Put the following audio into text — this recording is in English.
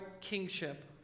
kingship